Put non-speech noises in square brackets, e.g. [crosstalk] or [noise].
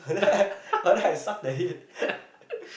[laughs] then but then I sucked at it